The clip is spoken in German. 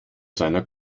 seiner